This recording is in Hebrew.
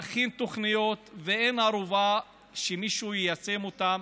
תכין תוכניות, אין ערובה שמישהו יישם אותן.